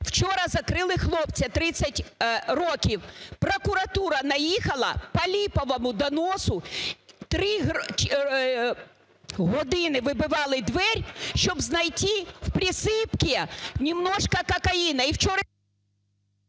Вчора закрили хлопця, 30 років, прокуратура наїхала по липовому доносу, три години вибивали двері, щоб знайти в присыпке немножко кокаина…